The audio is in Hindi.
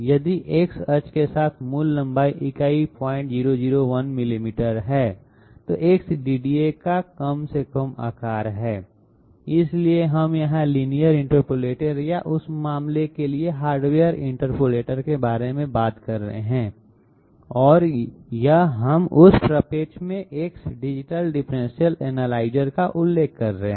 यदि X अक्ष के साथ मूल लंबाई इकाई 0001 मिलीमीटर है तो X DDA का कम से कम आकार है इसलिए हम यहां लीनियर इंटरपोलेटर या उस मामले के लिए हार्डवेयर इंटरपोलेटर के बारे में बात कर रहे हैं और यह हम उस प्रक्षेप में X डिजिटल डिफरेंशियल एनालाइजर का उल्लेख कर रहे हैं